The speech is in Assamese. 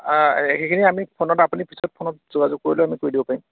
সেইখিনি আমি ফোনত আপুনি পিছত ফোনত যোগাযোগ কৰিলেও আমি কৰি দিব পাৰিম